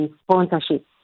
sponsorship